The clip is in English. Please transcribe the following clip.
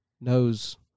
knows